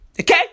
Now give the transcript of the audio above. Okay